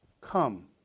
come